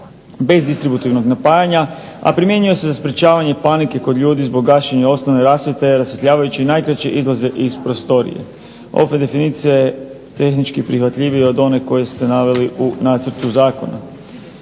bez distributivnog napajanja, a primjenjuje se za sprječavanje panike kod ljudi zbog gašenja osnovne rasvjete rasvjetljavajući najkraće izlaze iz prostorije. Ova definicija je tehnički prihvatljivija od one koje ste naveli u nacrtu zakona.